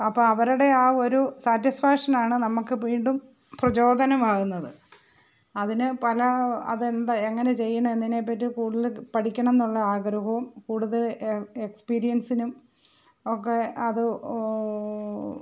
അപ്പം അവരുടെ ആ ഒരു സാറ്റിസ്ഫാക്ഷനാണ് നമുക്ക് വീണ്ടും പ്രചോദനമാകുന്നത് അതിന് പല അതെന്താ എങ്ങനാണ് ചെയ്യണതെന്നതിനെ പറ്റി കൂടുതൽ പഠിക്കണമെന്നുള്ള ആഗ്രഹവും കൂടുതൽ എ എക്സ്പീരിയൻസിനും ഒക്കെ അത്